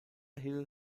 hill